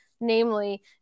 namely